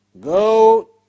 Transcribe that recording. go